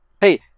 Hey